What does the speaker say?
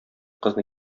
кызны